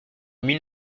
mille